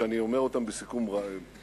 שאני אומר אותם בסיכום ובתמציתיות,